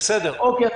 אוקיי.